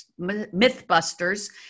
Mythbusters